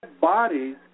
bodies